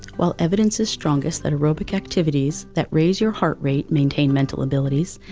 while evidence is strongest that aerobic activities that raise your heart rate maintain mental abilities,